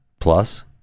Plus